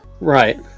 Right